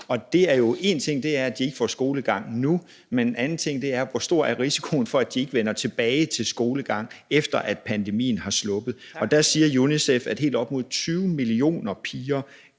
situation, og én ting er, at de ikke får skolegang nu, men en anden ting er, hvor stor risikoen er for, at de ikke vender tilbage til en skolegang, efter pandemien har sluppet, og der siger UNICEF, at helt op mod 20 millioner piger